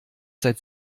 seit